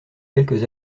quelques